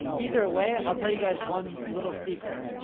either way, i'll tell you guys one little secret,